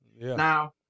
Now